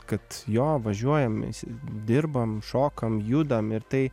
kad jo važiuojam dirbam šokam judam ir tai